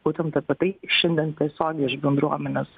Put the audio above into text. būtent apie tai šiandien tiesiogiai iš bendruomenės